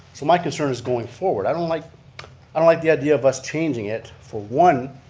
so my concern is going forward. i don't like i don't like the idea of us changing it for one,